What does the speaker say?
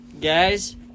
Guys